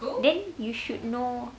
then you should know